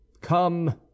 come